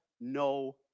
no